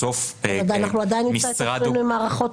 בסוף משרד הוא --- אנחנו עדיין נמצא את עצמנו עם מערכות